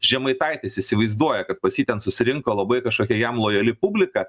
žemaitaitis įsivaizduoja kad pas jį ten susirinko labai kažkokia jam lojali publika